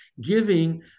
Giving